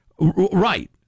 Right